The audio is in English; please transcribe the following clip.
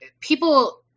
people